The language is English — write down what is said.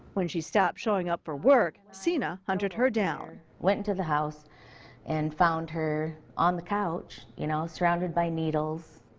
when she stopped showing up for work, sena hunted her down. went into the house and found her on the couch, you know surrounded by needles.